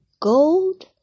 gold